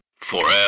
Forever